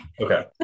Okay